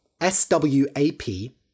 S-W-A-P